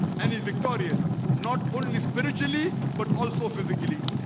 and his victorious not only spiritually but also physically